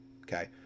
okay